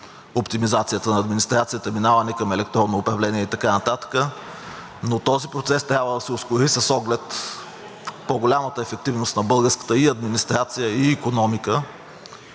оптимизацията на администрацията, минаване към електронно управление и така нататък, но този процес трябва да се ускори с оглед по-голямата ефективност на българската и администрация, и икономика